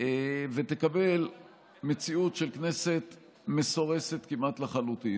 ותקבל מציאות של כנסת מסורסת כמעט לחלוטין.